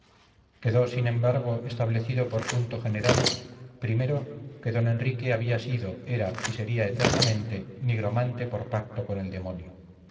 quedó sin embargo establecido por punto general primero que don enrique había sido era y sería eternamente nigromante por pacto con el demonio